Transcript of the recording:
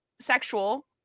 sexual